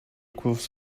equals